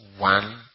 one